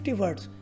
words